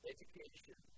Education